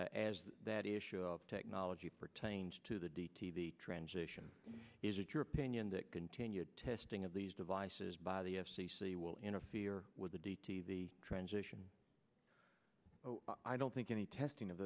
as that issue of technology pertains to the d t b transition is it your opinion that continued testing of these devices by the f c c will interfere with the d t the transition i don't think any testing of